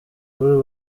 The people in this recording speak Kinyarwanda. w’u